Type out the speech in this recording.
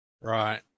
Right